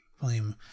volume